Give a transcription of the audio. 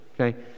okay